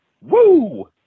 Woo